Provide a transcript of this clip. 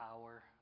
power